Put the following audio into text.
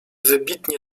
wybitnie